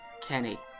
Kenny